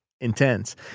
intense